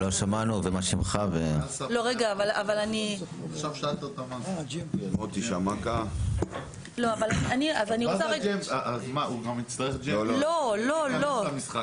יצרני בשר, מ-2020 חובה עליכם לנהל מערכת הס"פ.